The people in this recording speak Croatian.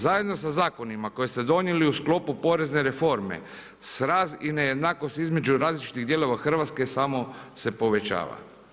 Zajedno sa zakonima koje ste donijeli u sklopu porezne reforme sraz i nejednakost između različitih dijelova Hrvatske samo se povećava.